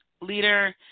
leader